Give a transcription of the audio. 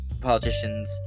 politicians